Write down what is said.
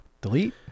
delete